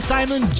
Simon